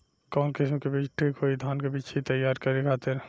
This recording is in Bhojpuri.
कवन किस्म के बीज ठीक होई धान के बिछी तैयार करे खातिर?